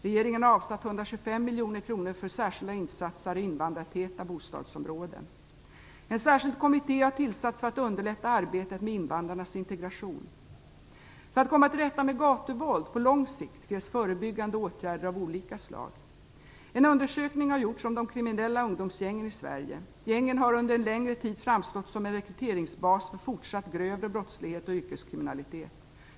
Regeringen har avsatt 125 miljoner kronor för särskilda insatser i invandrartäta bostadsområden. En särskild kommitté har tillsatts för att underlätta arbetet med invandrarnas integration. För att komma till rätta med gatuvåld på lång sikt krävs förebyggande åtgärder av olika slag. En undersökning har gjorts om de kriminella ungdomsgängen i Sverige. Gängen har under en längre tid framstått som en rekryteringsbas för fortsatt grövre brottslighet och yrkeskriminalitet.